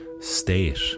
state